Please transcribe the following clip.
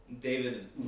David